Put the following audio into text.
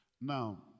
Now